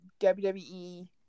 WWE